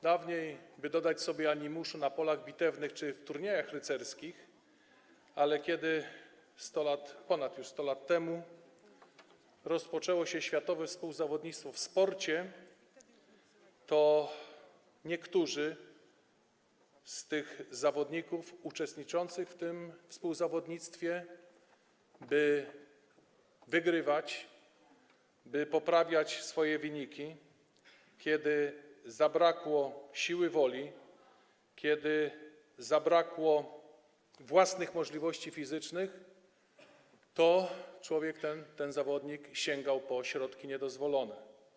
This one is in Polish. Dawniej, by dodać sobie animuszu na polach bitewnych czy w turniejach rycerskich, ale kiedy 100 lat, już ponad 100 lat temu rozpoczęło się światowe współzawodnictwo w sporcie, to niektórzy z tych zawodników uczestniczących w tym współzawodnictwie, by wygrywać, by poprawiać swoje wyniki, kiedy zabrakło siły woli, kiedy zabrakło własnych możliwości fizycznych, ludzie ci, ci zawodnicy sięgali po środki niedozwolone.